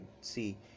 see